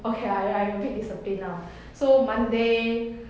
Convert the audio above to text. okay I I a bit disciplined now so monday